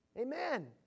Amen